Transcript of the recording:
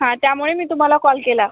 हा त्यामुळे मी तुम्हाला कॉल केला